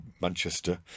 Manchester